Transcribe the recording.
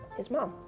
his mom.